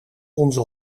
onze